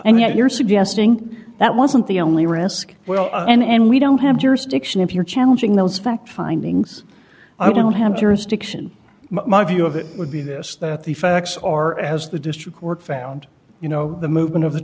and yet you're suggesting that wasn't the only risk well and we don't have jurisdiction if you're challenging those facts findings i don't have jurisdiction my view of it would be this that the facts are as the district court found you know the movement of the